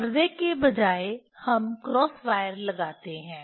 पर्दे के बजाय हम क्रॉस वायर लगाते हैं